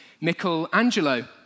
Michelangelo